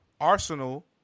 Arsenal